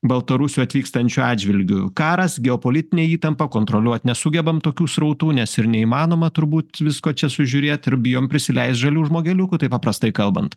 baltarusių atvykstančių atžvilgiu karas geopolitinė įtampa kontroliuot nesugebam tokių srautų nes ir neįmanoma turbūt visko čia sužiūrėt ir bijom prisileist žalių žmogeliukų taip paprastai kalbant